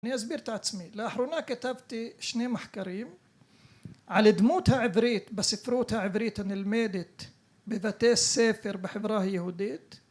אני אסביר את עצמי לאחרונה כתבתי שני מחקרים על דמות העברית בספרות העברית הנלמדת בבתי ספר בחברה היהודית